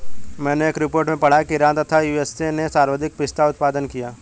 मैनें एक रिपोर्ट में पढ़ा की ईरान तथा यू.एस.ए ने सर्वाधिक पिस्ता उत्पादित किया